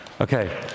Okay